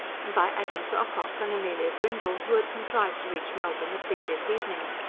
and by agnes ocock and amelia grindle, who had contrived to reach melbourne the previous evening.